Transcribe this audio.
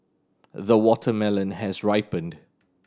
the watermelon has ripened